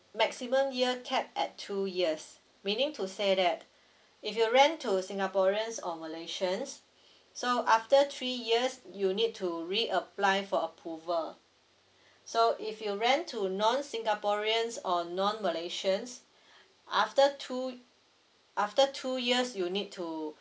maximum year capped at two years meaning to say that if you rent to singaporeans or malaysians so after three years you need to reapply for approval so if you rent to non singaporeans or non malaysians after two after two years you need to